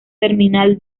terminal